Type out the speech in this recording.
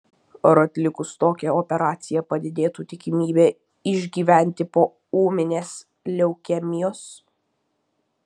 ar atlikus tokią operaciją padidėtų tikimybė išgyventi po ūminės leukemijos